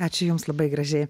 ačiū jums labai gražiai